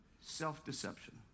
self-deception